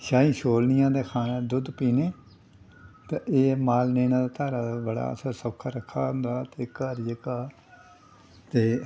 छाहीं छोलनियां ते खाना दुद्ध पीने ते एह् माल लेना धारा दा बड़ा असें सौका रक्खे दा होंदा ते घर जेह्का ते